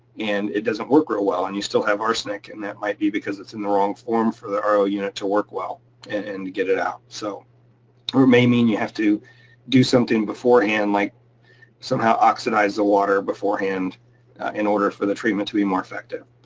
and it doesn't work real well, and you still have arsenic. and that might be because it's in the wrong form for the ro unit to work well and get it out, so or it may mean you have to do something beforehand like somehow oxidize the water beforehand in order for the treatment to be more effective.